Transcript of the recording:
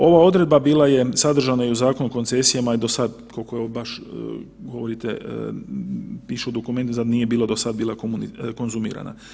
Ova odredba bila je sadržana i u Zakonu o koncesijama i do sad, koliko baš govorite, piše u dokumentu zar nije bila do sada bila konzumirana.